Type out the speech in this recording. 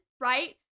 right